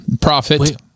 profit